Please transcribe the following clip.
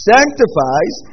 Sanctifies